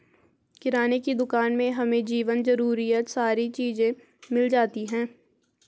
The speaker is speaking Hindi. किराने की दुकान में हमें जीवन जरूरियात सारी चीज़े मिल जाती है